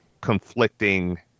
conflicting